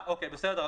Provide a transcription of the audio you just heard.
בסדר,